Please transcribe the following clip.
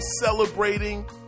celebrating